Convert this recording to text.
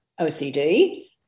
OCD